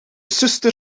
zuster